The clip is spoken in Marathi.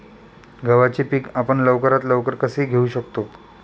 गव्हाचे पीक आपण लवकरात लवकर कसे घेऊ शकतो?